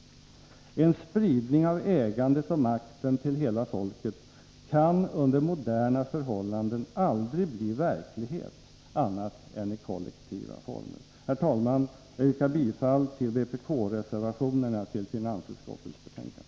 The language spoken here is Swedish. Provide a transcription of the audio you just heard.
En spridning av ägandet och makten till hela folket kan under moderna förhållanden aldrig bli verklighet annat än i kollektiva former. Herr talman! Jag yrkar bifall till vpk-reservationerna till finansutskottets betänkande.